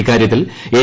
ഇക്കാരൃത്തിൽ എൻ